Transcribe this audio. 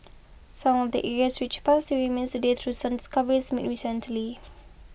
some of the area's rich past remains today through some discoveries made recently